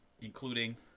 including